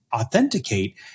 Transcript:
authenticate